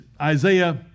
Isaiah